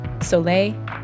Soleil